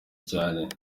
cyane